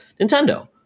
Nintendo